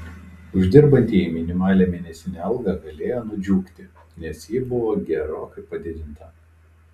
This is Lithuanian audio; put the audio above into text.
uždirbantieji minimalią mėnesinę algą galėjo nudžiugti nes ji buvo gerokai padidinta